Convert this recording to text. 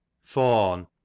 Fawn